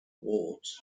wards